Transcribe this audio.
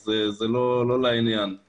זה לא לעניין.